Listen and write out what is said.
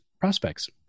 prospects